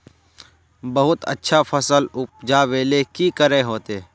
बहुत अच्छा फसल उपजावेले की करे होते?